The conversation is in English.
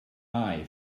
eye